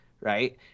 right